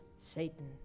Satan